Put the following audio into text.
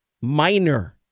Minor